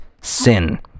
sin